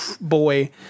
Boy